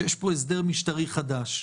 שיש פה הסדר משטרי חדש.